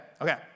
Okay